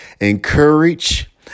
encourage